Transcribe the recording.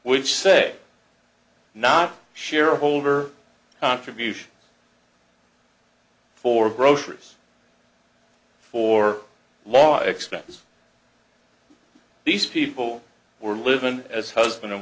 which say not shareholder contributions for groceries for law expenses these people were living as husband and